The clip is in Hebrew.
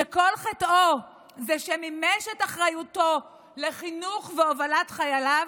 שכל חטאו הוא שמימש את אחריותו לחינוך והובלת חייליו,